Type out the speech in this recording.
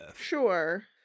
sure